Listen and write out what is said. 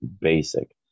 basic